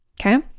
Okay